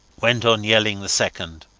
went on yelling the second.